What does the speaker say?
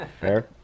Fair